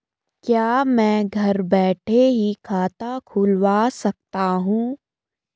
क्या मैं घर बैठे ही खाता खुलवा सकता हूँ?